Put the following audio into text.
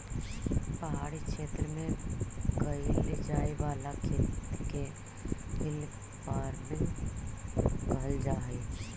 पहाड़ी क्षेत्र में कैइल जाए वाला खेत के हिल फार्मिंग कहल जा हई